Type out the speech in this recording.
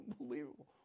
unbelievable